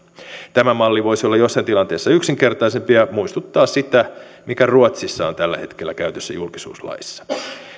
tämä malli voisi olla joissain tilanteissa yksinkertaisempi ja muistuttaa sitä mikä ruotsissa on tällä hetkellä käytössä julkisuuslaissa